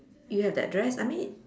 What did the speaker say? you have the address I mean